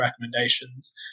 recommendations